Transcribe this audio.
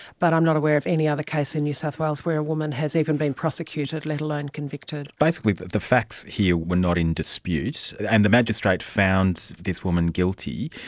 but i'm not aware of any other case in new south wales where a woman has even been prosecuted, let alone convicted. basically the the facts here were not in dispute, and the magistrate found this woman guilty.